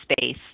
space